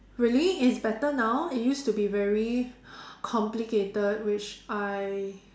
really it's better now it used to be very complicated which I